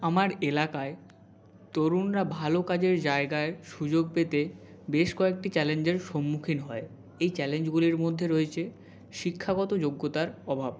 আমার এলাকায় তরুণরা ভালো কাজের জায়গার সুযোগ পেতে বেশ কয়েকটি চ্যালেঞ্জের সম্মুখীন হয় এই চ্যালেঞ্জগুলির মধ্যে রয়েছে শিক্ষাগত যোগ্যতার অভাব